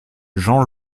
jean